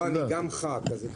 לא, אני גם ח"כ.